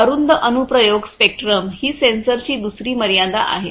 अरुंद अनुप्रयोग स्पेक्ट्रम ही सेन्सरची दुसरी मर्यादा आहे